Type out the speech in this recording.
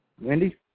Wendy